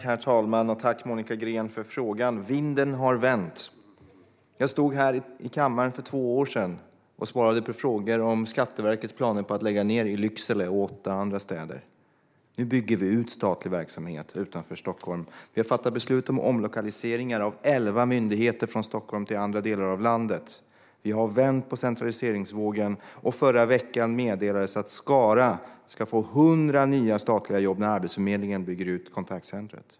Herr talman! Tack, Monica Green, för frågan! Vinden har vänt. Jag stod här i kammaren för två år sedan och svarade på frågor om Skatteverkets planer på att lägga ned i Lycksele och i åtta andra städer. Nu bygger vi ut statlig verksamhet utanför Stockholm. Vi har fattat beslut om omlokaliseringar av elva myndigheter från Stockholm till andra delar av landet. Vi har vänt på centraliseringsvågen. Förra veckan meddelades det att Skara ska få 100 nya statliga jobb när Arbetsförmedlingen bygger ut kontaktcentret.